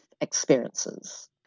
experiences